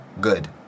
good